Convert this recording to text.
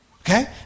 Okay